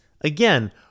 again